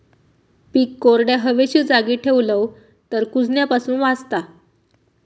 पीक कोरड्या, हवेशीर जागी ठेवलव तर कुजण्यापासून वाचता